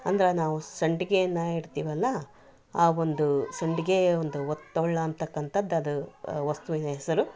ಅಂದ್ರ ನಾವು ಸಂಡಿಗೆಯನ್ನ ಇಡ್ತಿವಲ್ಲಾ ಆ ಒಂದು ಸಂಡಿಗೆಯ ಒಂದು ಒತ್ತೊಳ್ಳ ಅಂತಕ್ಕಂಥದ್ದದು ವಸ್ತುವಿನ ಹೆಸರು